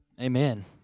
Amen